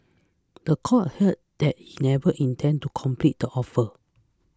the court heard that he never intended to complete the offer